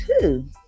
two